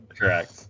Correct